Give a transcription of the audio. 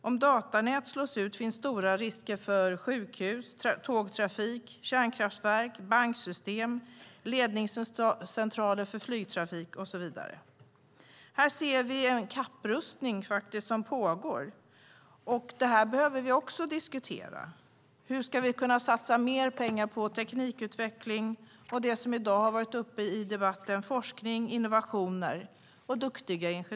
Om datanät slås ut finns stora risker för sjukhus, tågtrafik, kärnkraftverk, banksystem, ledningscentraler för flygtrafik och så vidare. Här ser vi en pågående kapprustning. Detta behöver vi också diskutera. Hur kan vi satsa mer pengar på teknikutveckling, forskning och innovation och duktiga ingenjörer? Dessa frågor har tagits upp tidigare i debatten i dag.